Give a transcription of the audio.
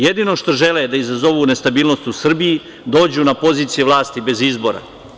Jedino što žele je da izazovu nestabilnost u Srbiji, dođu na pozicije vlasti bez izbora.